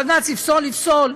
בג"ץ יפסול, יפסול.